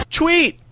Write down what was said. tweet